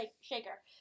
shaker